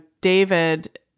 David